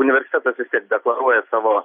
universitetas vis tiek deklaruoja savo